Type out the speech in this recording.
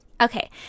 Okay